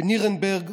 בנירנברג,